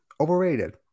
overrated